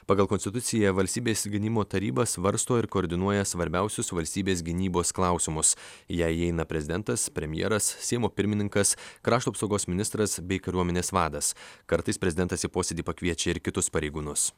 pagal konstituciją valstybės gynimo taryba svarsto ir koordinuoja svarbiausius valstybės gynybos klausimus į ją įeina prezidentas premjeras seimo pirmininkas krašto apsaugos ministras bei kariuomenės vadas kartais prezidentas į posėdį pakviečia ir kitus pareigūnus